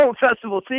festival